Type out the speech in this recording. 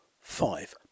Five